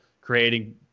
creating